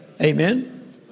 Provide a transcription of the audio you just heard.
Amen